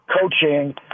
coaching